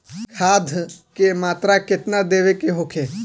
खाध के मात्रा केतना देवे के होखे?